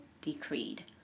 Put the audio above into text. decreed